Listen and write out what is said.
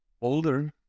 older